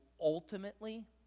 ultimately